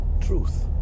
Truth